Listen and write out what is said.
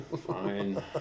Fine